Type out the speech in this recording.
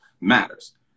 matters